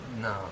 No